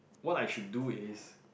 what I should do is